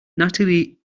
natalie